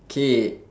K